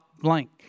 Blank